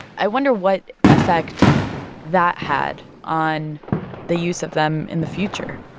i wonder what effect that had on the use of them in the future